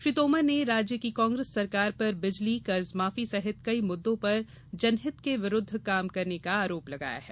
श्री तोमर ने राज्य की कांग्रेस सरकार पर बिजली कर्जमाफी सहित कई मुद्दों पर जनहित के विरूद्व काम करने का आरोप लगाया है